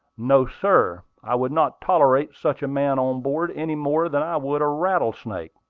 no, sir i would not tolerate such a man on board any more than i would a rattlesnake,